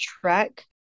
track